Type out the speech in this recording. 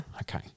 Okay